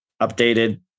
updated